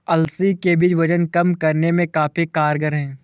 अलसी के बीज वजन कम करने में काफी कारगर है